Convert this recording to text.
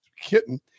kitten